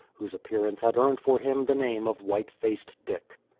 whose appearance had earned for him the name of white faced dick.